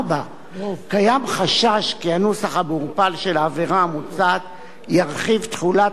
4. קיים חשש כי הנוסח המעורפל של העבירה המוצעת ירחיב תחולת